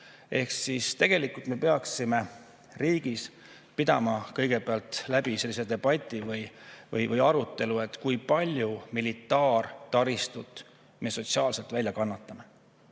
on? Ehk tegelikult me peaksime riigis pidama kõigepealt sellise debati või arutelu, kui palju militaartaristut me sotsiaalselt välja kannatame.